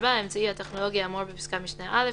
(4) האמצעי הטכנולוגי האמור בפסקת משנה (א),